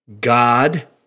God